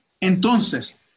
Entonces